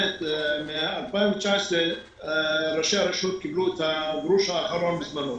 משנת 2019 ראשי הרשויות קיבלו את הגרוש האחרון בזמנו.